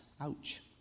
Ouch